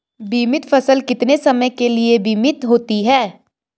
बीमित फसल कितने समय के लिए बीमित होती है?